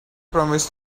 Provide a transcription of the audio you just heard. promised